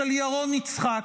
של ירון יצחק.